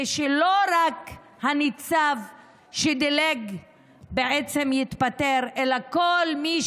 ושלא רק הניצב שדילג יתפטר אלא כל מי